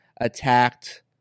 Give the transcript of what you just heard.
attacked